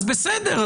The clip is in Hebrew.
אז בסדר,